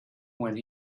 when